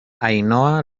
ainhoa